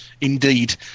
Indeed